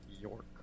York